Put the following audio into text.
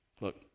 Look